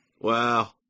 Wow